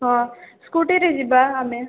ହଁ ସ୍କୁଟିରେ ଯିବା ଆମେ